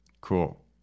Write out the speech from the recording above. Cool